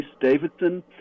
davidson